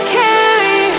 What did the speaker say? carry